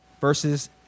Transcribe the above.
versus